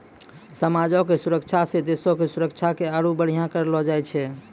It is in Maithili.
समाजो के सुरक्षा से देशो के सुरक्षा के आरु बढ़िया करलो जाय छै